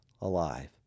alive